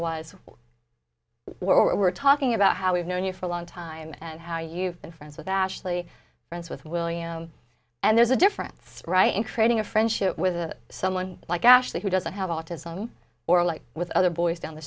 was we're talking about how we've known you for a long time and how you've been friends with ashley friends with william and there's a difference right in creating a friendship with someone like ashley who doesn't have autism or like with other boys down the